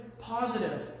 positive